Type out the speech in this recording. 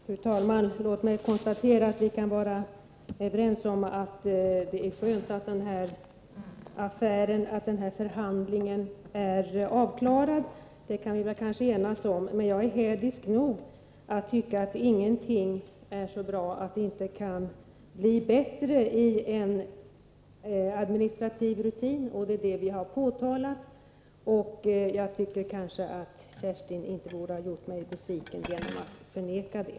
Fru talman! Låt mig konstatera att vi är överens om att det är skönt att den här förhandlingen är avklarad. Detta kan vi alltså enas om. Jag är emellertid hädisk nog att tycka att ingenting är så bra när det gäller en administrativ rutin att det inte kan bli bättre. Det är det vi har påpekat. Kerstin Nilsson borde inte ha gjort mig besviken genom att förneka det.